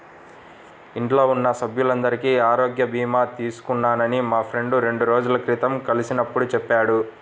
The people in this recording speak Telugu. ఇంట్లో ఉన్న సభ్యులందరికీ ఆరోగ్య భీమా తీసుకున్నానని మా ఫ్రెండు రెండు రోజుల క్రితం కలిసినప్పుడు చెప్పాడు